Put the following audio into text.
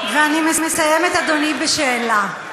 ואני מסיימת, אדוני, בשאלה.